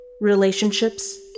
Relationships